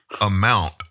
amount